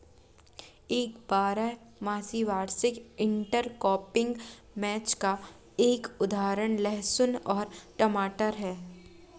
एक बारहमासी वार्षिक इंटरक्रॉपिंग मैच का एक उदाहरण लहसुन और टमाटर है